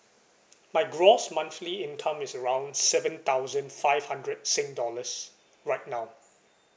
my gross monthly income is around seven thousand five hundred sing dollars right now